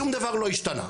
שום דבר לא השתנה.